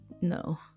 no